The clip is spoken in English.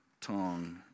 tongue